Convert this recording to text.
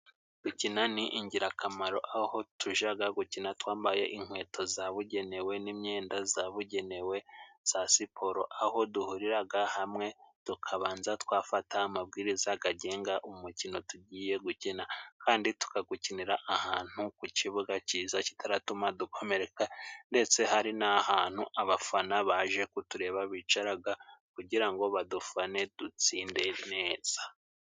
Gukina ni ingirakamaro aho tujaga gukina twambaye inkweto zabugenewe n'imyenda zabugenewe za siporo, aho duhuriraga hamwe tukabanza twafata amabwiriza gagenga umukino tugiye gukina kandi tukagukinira ahantu ku cibuga ciza kitaratuma dukomereka ndetse hari n'ahantu abafana baje kutureba bicaraga kugira ngo badufane dutsinde neza.